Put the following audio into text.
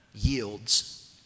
yields